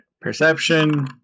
Perception